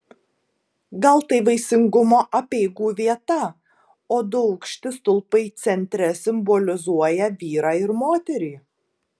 gal tai vaisingumo apeigų vieta o du aukšti stulpai centre simbolizuoja vyrą ir moterį